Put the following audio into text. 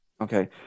Okay